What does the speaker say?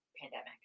pandemic